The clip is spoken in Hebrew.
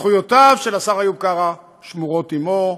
זכויותיו של השר איוב קרא שמורות עמו,